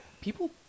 people